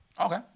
Okay